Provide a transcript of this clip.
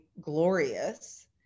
glorious